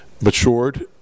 matured